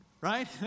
Right